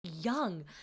Young